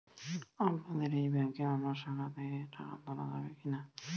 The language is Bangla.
আপনাদের এই ব্যাংকের অন্য শাখা থেকে টাকা তোলা যাবে কি না?